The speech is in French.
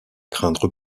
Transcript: craindre